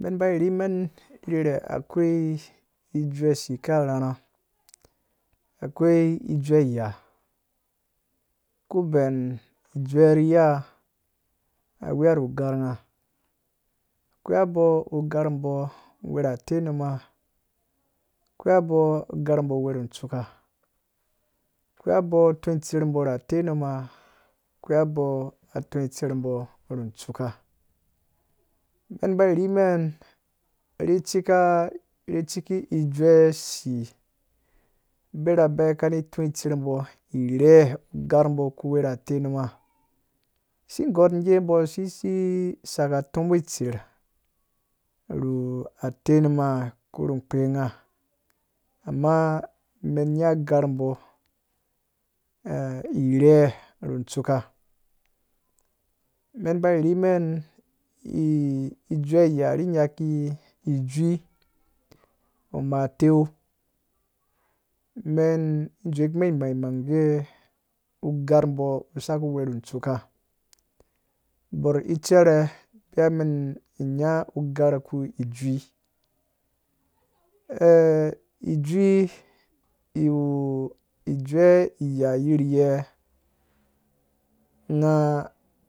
Men ba rehimen rhere akwai juusi ka rharha akwoi ijueya ko ben jue ri ya a weya ru gar ngha akwai abɔɔ ugar bɔɔ uwu ra tenuma kwoi bɔɔ gar bɔɔ uwu ru tsuuka kwoi bɔɔ toi tserbɔ ra tenuma kwoi bɔɔ a toi tserbɔɔ ru tsuuka men ba rhimen ri cika ciki juusi birabe kani toi tserbo irhe garbɔɔ ku we ra tenuma si gorgee bo si saka toibotser ru tenuma ko nu kpe ngha amma me nya gorbɔɔ irhee ru tsuuka men ba rimen ijue ya ri nyaku ijui amateu men dzowukume mai maigee ugar bɔɔ saku uwe ru tsuuka bor jeere beya men nya ager kpu ijini i eh ijui iwu ijue ya jirye